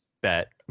bet